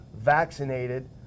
vaccinated